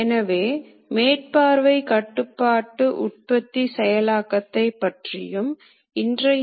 ஆனால் அவை பொதுவாக அதிக மதிப்பீட்டில் இல்லை